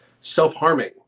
self-harming